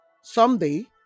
Someday